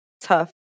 tough